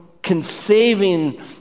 conceiving